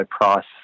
price